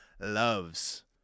loves